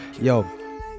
yo